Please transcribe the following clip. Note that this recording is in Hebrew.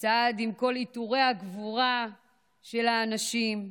צעד עם כל עיטורי הגבורה של האנשים.